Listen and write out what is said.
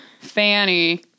Fanny